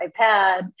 iPad